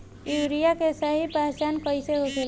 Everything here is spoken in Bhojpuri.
यूरिया के सही पहचान कईसे होखेला?